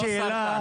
לא סרטן,